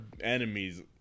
enemies